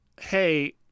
hey